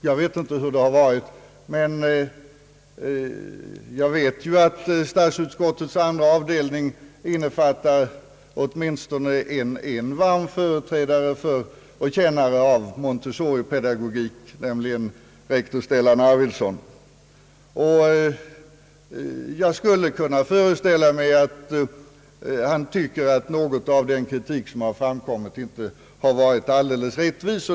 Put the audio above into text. Jag vet inte hur det har varit tidigare, men jag vet att i statsutskottets andra avdelning finns nu åtminstone en varm företrädare för och kännare av Montessoripedagogik, nämligen rektor Stellan Arvidson, och jag skulle kunna föreställa mig att han tycker att en del av den kritik som har framkommit inte varit alldeles riktig.